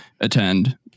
attend